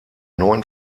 neuen